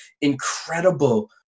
incredible